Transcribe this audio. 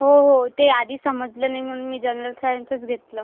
हो हो ते आधी समजलं नाही म्हणून मी जनरल सायन्सच घेतलं